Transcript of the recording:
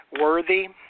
worthy